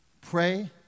pray